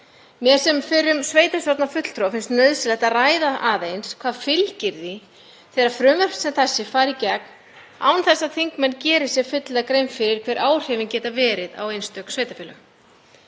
Mér sem fyrrum sveitarstjórnarfulltrúa finnst nauðsynlegt að ræða aðeins hvað fylgir því þegar frumvörp sem þessi fara í gegn án þess að þingmenn geri sér fulla grein fyrir hver áhrifin geta verið á einstök sveitarfélög.